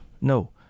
No